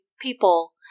people